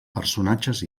personatges